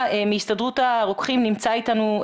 ההסתדרות הרפואית בישראל נמצא איתנו.